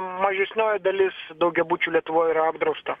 mažesnioji dalis daugiabučių lietuvoj yra apdrausta